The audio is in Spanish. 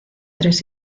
tres